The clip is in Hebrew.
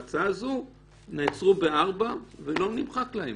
בהצעה הזאת נעצרו בארבע ולא נמחק להם.